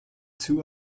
two